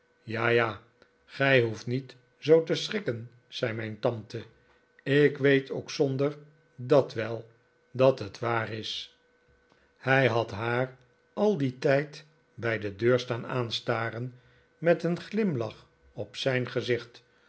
ja ja gij hoeft niet zoo te schrikken zei mijn tante ik weet ook zonder dat wel dat het waar is hij had haar al dien tijd bij de deur staan aanstaren met een glimlach op zijn gezicht